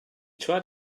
tried